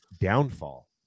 Downfall